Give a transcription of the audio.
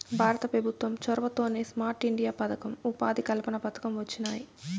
భారత పెభుత్వం చొరవతోనే స్మార్ట్ ఇండియా పదకం, ఉపాధి కల్పన పథకం వొచ్చినాయి